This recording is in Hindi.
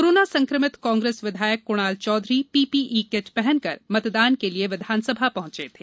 कोरोना संक्रमित कांग्रेस विधायक कुणाल चौधरी पीपीई किट पहनकर मतदान के लिए विधानसभा पहुंचे थे